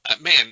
man